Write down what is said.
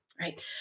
Right